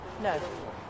No